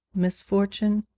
misfortune.